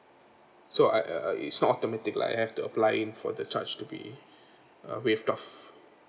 so I uh uh it's not automatic like I have to apply in for the charge to be uh waived off